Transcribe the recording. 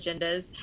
agendas